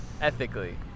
ethically